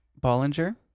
Bollinger